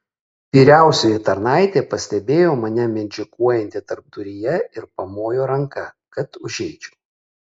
vyriausioji tarnaitė pastebėjo mane mindžikuojantį tarpduryje ir pamojo ranka kad užeičiau